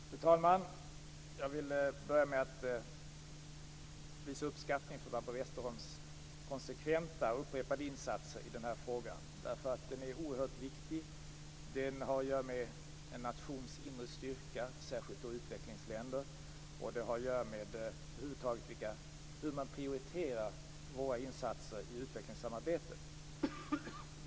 Fru talman! Jag vill börja med att visa min uppskattning för Barbro Westerholms konsekventa och upprepade insatser i den här frågan. Den är nämligen oerhört viktig. Den har att göra med en nations inre styrka, särskilt i fråga om utvecklingsländer, och över huvud taget hur man prioriterar våra insatser i utvecklingssamarbetet.